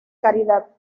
caridad